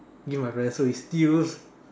give my present so it's still